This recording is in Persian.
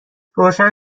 روشن